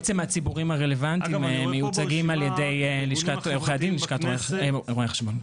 הציבורים הרלוונטיים מיוצגים על-ידי לשכות עורכי הדין ורואי החשבון.